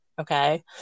Okay